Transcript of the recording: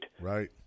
right